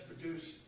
produce